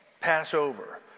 Passover